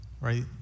right